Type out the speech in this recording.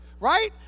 Right